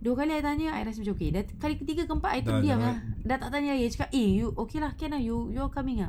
dua kali I tanya I rasa macam okay then kali ketiga keempat I diam-diam lah dah tak tanya lagi cakap eh you okay lah can lah you you all coming ah